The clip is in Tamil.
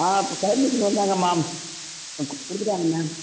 ஆ இப்போ பரிமிஷன் வந்தாங்க மேம் கு கொடுத்துட்டாங் மேம்